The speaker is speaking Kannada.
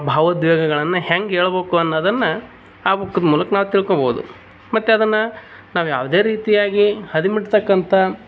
ಭಾವೋದ್ವೇಗಗಳನ್ನು ಹೆಂಗೆ ಹೇಳ್ಬೋಕು ಅನ್ನೋದನ್ನು ಆ ಬುಕ್ಕಿಂದ್ ಮೂಲ್ಕ ನಾವು ತಿಳ್ಕೋಬೋದು ಮತ್ತು ಅದನ್ನು ನಾವು ಯಾವುದೇ ರೀತಿಯಾಗಿ ಅದುಮಿಡ್ತಕ್ಕಂಥ